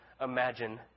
imagine